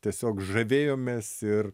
tiesiog žavėjomės ir